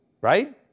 Right